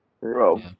Bro